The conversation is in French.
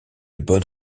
bonne